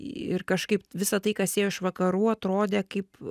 ir kažkaip visa tai kas ėjo iš vakarų atrodė kaip